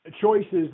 choices